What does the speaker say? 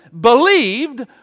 believed